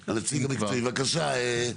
בבקשה.